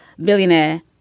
billionaire